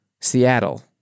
Seattle